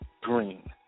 Green